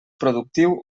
productiu